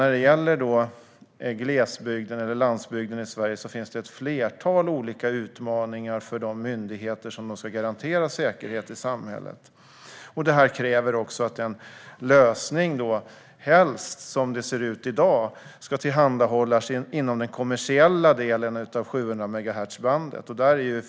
När det gäller glesbygden och landsbygden i Sverige finns det ett flertal olika utmaningar för de myndigheter som ska garantera säkerhet i samhället. Detta kräver som det ser ut i dag att en lösning helst ska tillhandahållas inom den kommersiella delen av 700-megahertzbandet.